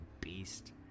beast